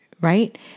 right